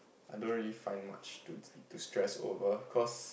I don't really find much to to stress over cause